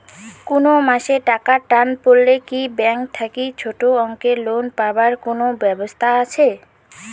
কুনো মাসে টাকার টান পড়লে কি ব্যাংক থাকি ছোটো অঙ্কের লোন পাবার কুনো ব্যাবস্থা আছে?